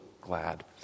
glad